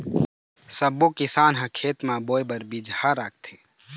सब्बो किसान ह खेत म बोए बर बिजहा राखथे